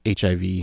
HIV